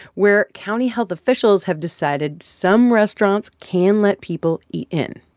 where county health officials have decided some restaurants can let people eat in.